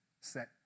set